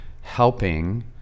helping